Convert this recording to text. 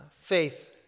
faith